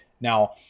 Now